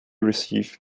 receive